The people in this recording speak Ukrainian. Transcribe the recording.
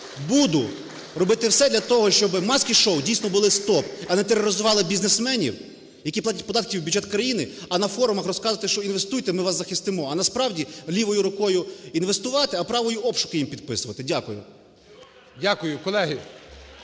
буду робити все для того, щоби маски-шоу, дійсно, були – стоп, а не тероризували бізнесменів, які платять податки в бюджет країни, а на форумах розказуєте, що – інвестуйте, ми вас захистимо. А насправді, лівою рукою інвестувати, а правою обшуки їм підписувати. Дякую. ГОЛОВУЮЧИЙ.